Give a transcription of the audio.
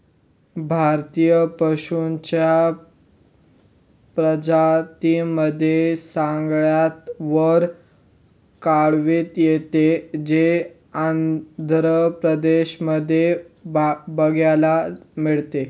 भारतीय पशूंच्या प्रजातींमध्ये सगळ्यात वर काळवीट येते, जे आंध्र प्रदेश मध्ये बघायला मिळते